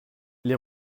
les